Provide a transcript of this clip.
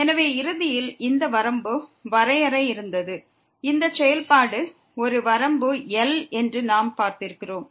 எனவே இறுதியில் இந்த வரம்பு வரையறை இருந்தது இந்த செயல்பாடு ஒரு வரம்பு l என்று நாம் பார்த்திருக்கிறோம்